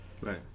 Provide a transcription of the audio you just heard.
Right